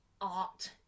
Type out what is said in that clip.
art